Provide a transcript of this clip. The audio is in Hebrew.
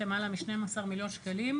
למעלה מ-12 מיליון שקלים,